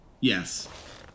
Yes